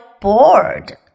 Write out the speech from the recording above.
bored